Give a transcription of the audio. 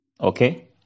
Okay